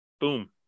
boom